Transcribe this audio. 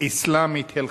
אסלאמית הלכתית.